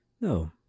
No